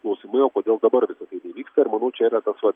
klausimai o kodėl dabar vyksta ir manau čia yra tas vat